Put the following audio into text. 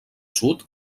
sud